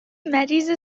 مریض